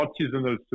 artisanal